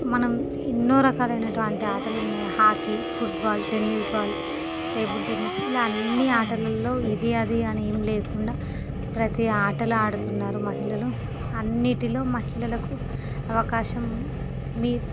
మనం ఎన్నో రకాలైన అటువంటి ఆటలు ఉన్నాయి hockey football tennis ball table tennis ఇలా అన్నీ ఆటలలలో ఇది అది అని ఏమి లేకుండా ప్రతి ఆటలు ఆడుతున్నారు మహిళలు అన్నింటిలో మహిళలకు అవకాశం మీరు